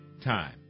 time